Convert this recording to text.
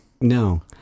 No